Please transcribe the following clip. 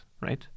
right